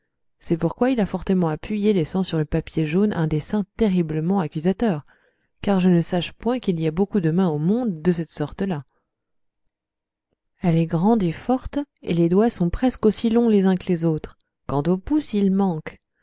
c'est pourquoi il a fortement appuyé laissant sur le papier jaune un dessin terriblement accusateur car je ne sache point qu'il y ait beaucoup de mains au monde de cette sorte là elle est grande et forte et les doigts sont presque aussi longs les uns que les autres quant au pouce il manque